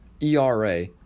ERA